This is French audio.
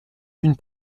une